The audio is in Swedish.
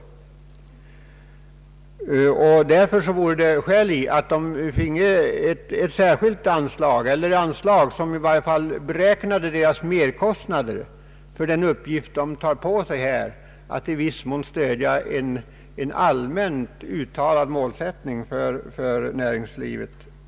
Det finns därför skäl till att ett anslag bör beviljas dem, som i varje fall täcker merkostnaderna för de uppgifter som företagareföreningarna tar på sig för att i viss mån stödja en allmänt uttalad målsättning för näringspolitiken.